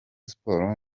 sport